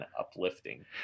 uplifting